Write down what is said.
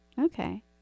Okay